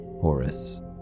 Horus